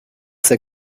ces